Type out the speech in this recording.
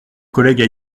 collègues